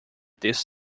this